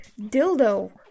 dildo